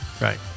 right